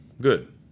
Good